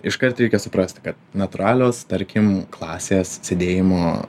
iškart reikia suprast kad natūralios tarkim klasės sėdėjimo